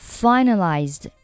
finalized